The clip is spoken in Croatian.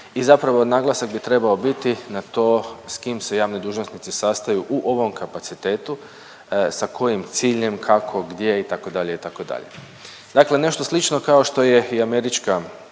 i zapravo naglasak bi trebao biti na to s kim se javni dužnosnici sastaju u ovom kapacitetu, sa kojim ciljem, kako, gdje, itd., itd.. Dakle nešto slično kao što je i američka,